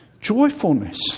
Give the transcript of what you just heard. joyfulness